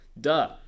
Duh